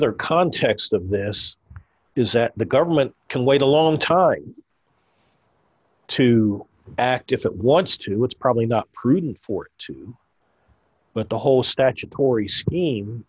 other context of this is that the government can wait a long time to act if it wants to it's probably not prudent for it to but the whole statutory scheme